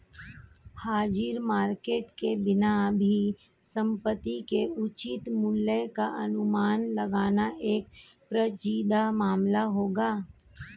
हाजिर मार्केट के बिना भी संपत्ति के उचित मूल्य का अनुमान लगाना एक पेचीदा मामला होगा